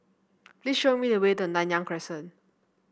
please show me the way to Nanyang Crescent